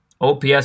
OPS